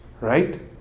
right